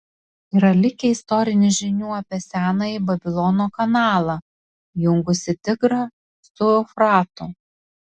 yra likę istorinių žinių apie senąjį babilono kanalą jungusį tigrą su eufratu